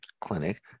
clinic